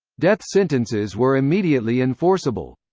death sentences were immediately enforceable.